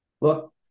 look